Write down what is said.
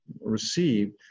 received